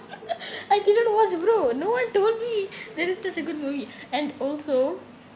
I didn't watch bro no one told me that it's such a good movie and also